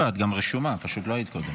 קדימה, את גם רשומה, פשוט לא היית קודם.